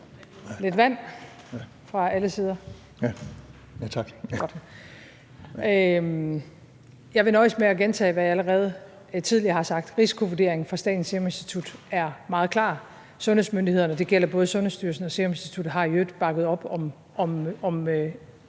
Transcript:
lidt vand – fra alle sider (Alex Vanopslagh (LA): Tak). Jeg vil nøjes med at gentage, hvad jeg tidligere har sagt: Risikovurderingen fra Statens Serum Institut er meget klar. Sundhedsmyndighederne – det gælder både Sundhedsstyrelsen og Statens Serum Institut – har i øvrigt også